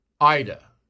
Ida